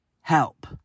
help